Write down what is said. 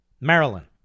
Maryland